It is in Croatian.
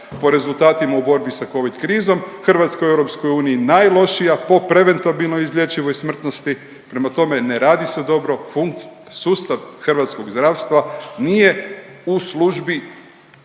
po rezultatima u borbi sa Covid krizom, Hrvatska u EU najlošija po preventabilnoj i izlječivoj smrtnosti, prema tome, ne radi se dobro, .../nerazumljivo/... sustav hrvatskog zdravstva nije u službi